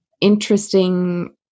Interesting